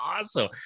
awesome